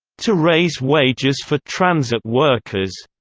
to raise wages for transit workers.